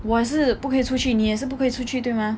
我也是不可以出去你也是不可以出去对吗